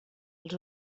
els